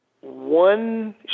one